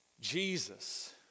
Jesus